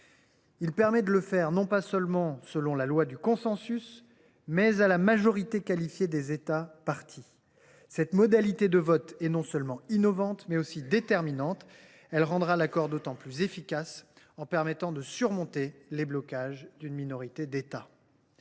les continents, et ce non pas seulement selon la loi du consensus, mais à la majorité qualifiée des États parties. Cette modalité de vote, innovante autant que déterminante, rendra l’accord d’autant plus efficace en permettant de surmonter les blocages d’une minorité d’États.